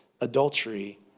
adultery